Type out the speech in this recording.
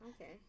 Okay